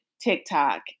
TikTok